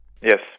Yes